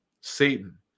Satan